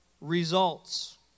results